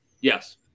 Yes